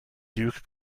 duke